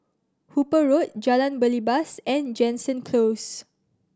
Hooper Road Jalan Belibas and Jansen Close